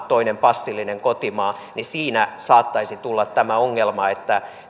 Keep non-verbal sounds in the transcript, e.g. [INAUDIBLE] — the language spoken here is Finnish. [UNINTELLIGIBLE] toinen passillinen kotimaa siinä saattaisi tulla tämä ongelma että